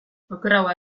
okerrago